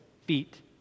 feet